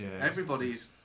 everybody's